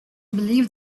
believed